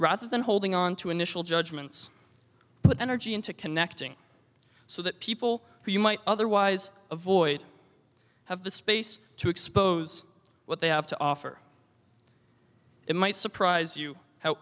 rather than holding on to initial judgments put energy into connecting so that people who you might otherwise avoid have the space to expose what they have to offer it might surprise you how